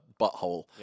butthole